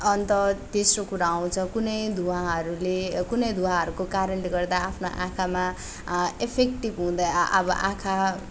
अन्त तेस्रो कुरा आउँछ कुनै धुवाँहरूले कुनै धुवाँहरूको कारणले गर्दा आफ्नो आँखामा एफेक्टिभ हुँदा अब आँखा